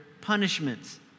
punishments